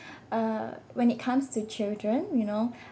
uh when it comes to children you know